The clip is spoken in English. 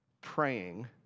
praying